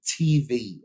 TV